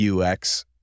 UX